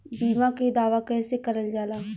बीमा के दावा कैसे करल जाला?